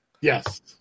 Yes